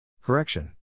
Correction